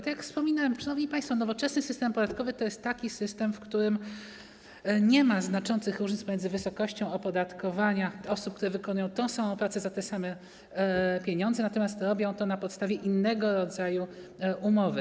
Tak jak wspominałem, szanowni państwo, nowoczesny system podatkowy to jest taki system, w którym nie ma znaczących różnic pomiędzy wysokością opodatkowania osób, które wykonują tę samą pracę za te same pieniądze, natomiast robią to na podstawie innego rodzaju umowy.